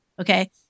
Okay